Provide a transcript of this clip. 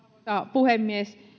puhemies